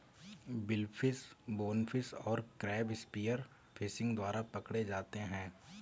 billfish, bonefish और crab spear fishing द्वारा पकड़े जाते हैं